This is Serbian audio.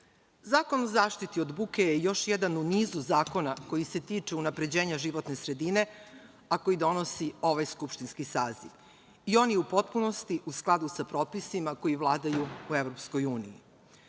Zakon o zaštiti od buke je još jedan u nizu zakona koji se tiče unapređenja životne sredine, a koji donosi ovaj skupštinski Saziv i on je u potpunosti u skladu sa propisima koji vladaju u